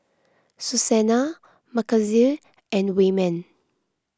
Susannah Mackenzie and Wayman